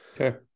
Okay